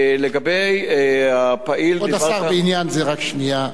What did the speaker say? לגבי הפעיל, כבוד השר, בעניין זה, רק שנייה,